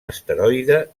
asteroide